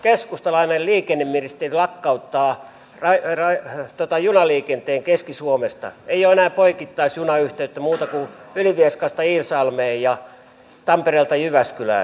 keskustalainen liikenneministeri lakkauttaa junaliikenteen keski suomesta ei ole enää poikittaisjunayhteyttä muuta kuin ylivieskasta iisalmeen ja tampereelta jyväskylään